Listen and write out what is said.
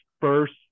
first